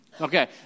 Okay